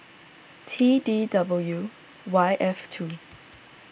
T D W Y F two